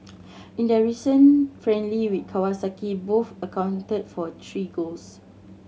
in their recent friendly with Kawasaki both accounted for three goals